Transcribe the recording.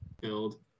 build